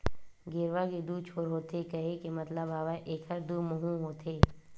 गेरवा के दू छोर होथे केहे के मतलब हवय एखर दू मुहूँ होथे